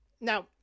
now